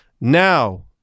Now